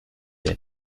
lait